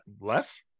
less